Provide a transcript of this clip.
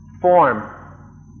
form